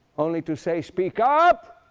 only to say, speak up!